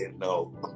no